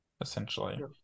essentially